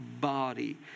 body